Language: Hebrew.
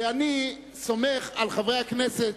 ואני סומך על חברי הכנסת,